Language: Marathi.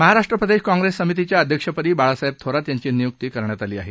महाराष्ट्र प्रदेश काँग्रेस समितीच्या अध्यक्षपदी बाळासाहेब थोरात यांची नियुक्ती करण्यात आली आहे